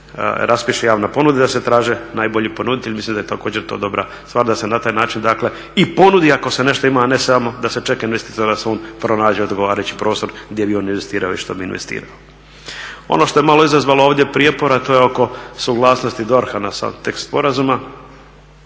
raspiše javna ponuda da se traži najbolji ponuditelji. Mislim da je također to dobra stvar da se na taj način dakle i ponudi ako se nešto ima, a ne samo da se čeka investitora da on pronađe odgovarajući prostor gdje bi on investirao i što bi investirao. Ono što je malo izazvalo ovdje prijepora, to je oko suglasnosti DORH-a na sam tekst sporazuma.